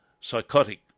Psychotic